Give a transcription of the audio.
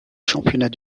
championnats